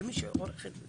למי שעורך את זה.